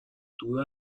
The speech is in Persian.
دور